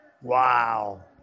Wow